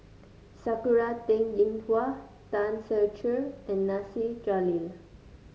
Sakura Teng Ying Hua Tan Ser Cher and Nasir Jalil